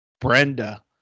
Brenda